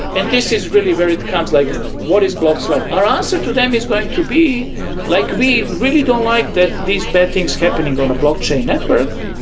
and this is really where it comes, like what is bloxroute. our answer to them is going to be like we really don't like that these bad things happening on a blockchain network,